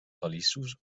feliços